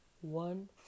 one